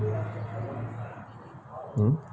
hmm